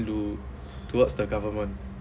through towards the government